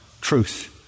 truth